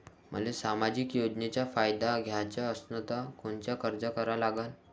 मले सामाजिक योजनेचा फायदा घ्याचा असन त कोनता अर्ज करा लागन?